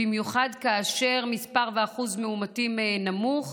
במיוחד כאשר מספר ואחוז המאומתים נמוך,